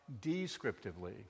descriptively